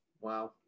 Wow